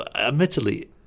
Admittedly